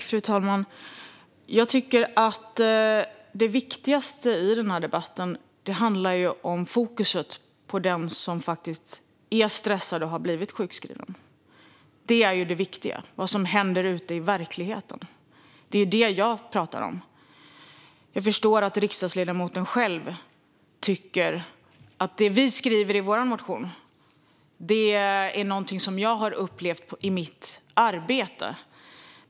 Fru talman! Det viktigaste i denna debatt är att sätta fokus på den som är stressad och har blivit sjukskriven. Det viktiga är vad som händer ute i verkligheten. Det är det jag talar om. Jag förstår att riksdagsledamoten tycker att det Kristdemokraterna skriver om i sin motion är något han har upplevt i sitt arbete.